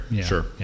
sure